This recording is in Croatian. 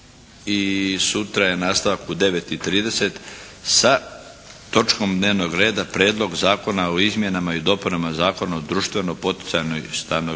Sutra je nastavak u 9,30 sati sa točkom dnevnog reda Prijedlog zakona o izmjenama i dopunama Zakona o društveno poticajnoj stanogradnji.